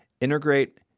Integrate